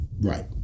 Right